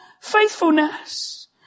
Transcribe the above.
faithfulness